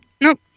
Nope